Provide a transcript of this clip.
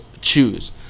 choose